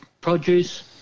produce